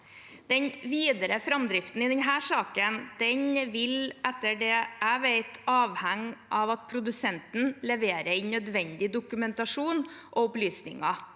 Den videre framdriften i denne saken vil, etter det jeg vet, avhenge av at produsenten leverer inn nødvendig dokumentasjon og opplysninger.